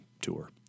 tour